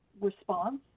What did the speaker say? response